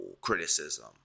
criticism